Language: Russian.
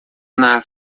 нас